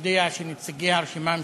יודע שנציגי הרשימה המשותפת,